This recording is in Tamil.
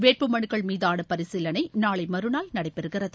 வேட்புமனுக்கள் மீதான பரிசீலனை நாளை மறுநாய் நடைபெறுகிறது